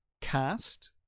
cast